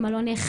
מה לא נאכף?